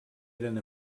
eren